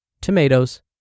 tomatoes